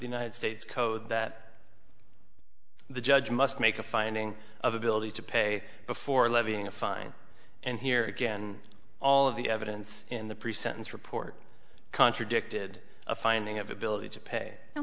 the united states code that the judge must make a finding of ability to pay before levying a fine and here again all of the evidence in the pre sentence report contradicted a finding of ability to pay